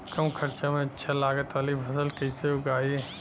कम खर्चा में अच्छा लागत वाली फसल कैसे उगाई?